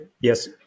Yes